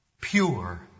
pure